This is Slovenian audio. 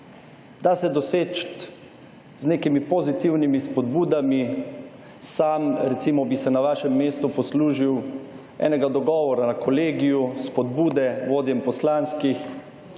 Da se doseči z nekimi pozitivnimi spodbudami. Sam, recimo, bi se na vašem mestu poslužil dogovora na kolegiju, spodbude vodjem poslanskih